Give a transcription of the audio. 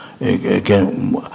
again